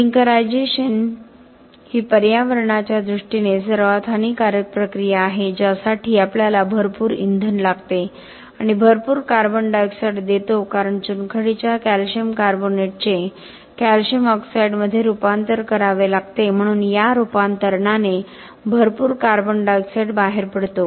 clinkerisation ही पर्यावरणाच्या दृष्टीने सर्वात हानिकारक प्रक्रिया आहे ज्यासाठी आपल्याला भरपूर इंधन लागते आपण भरपूर कार्बन डाय ऑक्साईड देतो कारण चुनखडीच्या कॅल्शियम कार्बोनेटचे कॅल्शियम ऑक्साईडमध्ये रूपांतर करावे लागते म्हणून या रूपांतरणाने भरपूर कार्बन डायॉक्साइड बाहेर पडतो